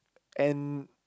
and